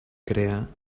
crear